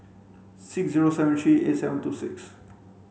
six zero seven three eight seven two six